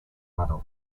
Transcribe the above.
adult